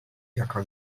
jaka